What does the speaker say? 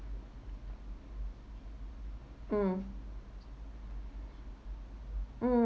mm mm